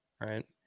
right